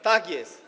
Tak jest.